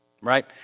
right